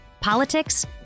politics